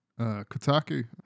Kotaku